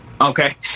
Okay